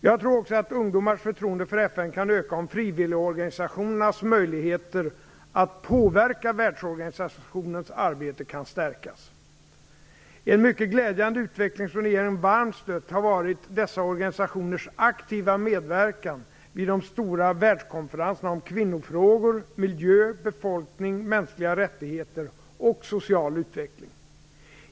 Jag tror också att ungdomars förtroende för FN kan öka om frivilligorganisationernas möjligheter att påverka världsorganisationens arbete kan stärkas. En mycket glädjande utveckling, som regeringen varmt har stött, har varit dessa organisationers aktiva medverkan vid de stora världskonferenserna om kvinnofrågor, miljö, befolkning, mänskliga rättigheter och social utveckling.